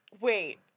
wait